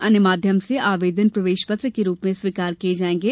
अन्य माध्यम से आवेदन प्रवेश पत्र के रूप में स्वीकार किये जायेंगे